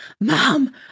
mom